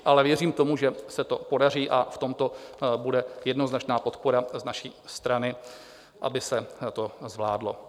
Ale věřím tomu, že se to podaří, a v tomto bude jednoznačná podpora z naší strany, aby se to zvládlo.